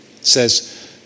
says